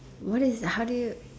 what is that how do you